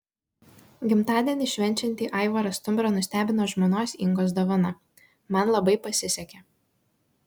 gimtadienį švenčiantį aivarą stumbrą nustebino žmonos ingos dovana man labai pasisekė